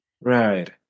right